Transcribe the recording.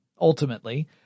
ultimately